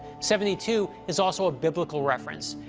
seventy two is also a biblical reference.